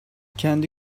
kendi